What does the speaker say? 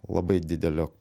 labai didelio